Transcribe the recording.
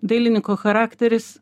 dailininko charakteris